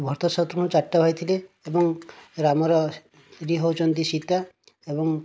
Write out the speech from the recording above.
ଭରତ ଶତ୍ରୁଘ୍ନ ଚାରିଟା ଭାଇ ଥିଲେ ଏବଂ ରାମର ସ୍ତ୍ରୀ ହେଉଛନ୍ତି ସୀତା ଏବଂ